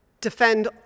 defend